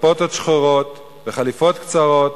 קפוטות שחורות וחליפות קצרות,